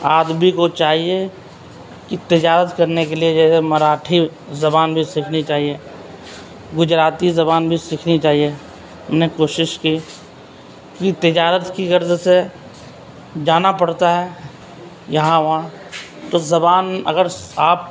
آدمی کو چاہیے کہ تجارت کرنے کے لیے جیسے مراٹھی زبان بھی سیکھنی چاہیے گجراتی زبان بھی سیکھنی چاہیے نے کوشش کی کہ تجارت کی غرض سے جانا پڑتا ہے یہاں وہاں تو زبان اگر صاف